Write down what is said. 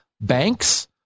banks